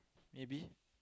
maybe